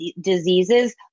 diseases